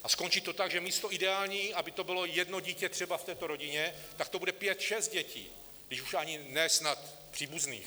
A skončí to tak, že místo ideální..., aby to bylo jedno dítě třeba v rodině, tak to bude pět šest dětí, když už ani ne snad příbuzných.